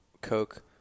Coke